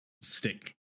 stick